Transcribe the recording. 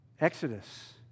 Exodus